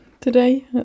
today